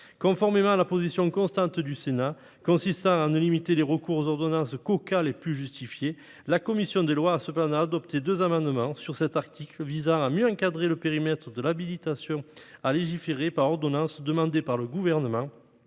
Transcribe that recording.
conformément à la position constante du Sénat, consistant à limiter le recours aux ordonnances aux cas les plus justifiés, la commission des lois a adopté deux amendements à cet article, visant à mieux encadrer le périmètre de l'habilitation à légiférer par ordonnance demandée par le Gouvernement